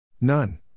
None